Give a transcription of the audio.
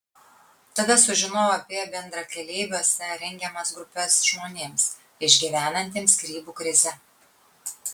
tada sužinojau apie bendrakeleiviuose rengiamas grupes žmonėms išgyvenantiems skyrybų krizę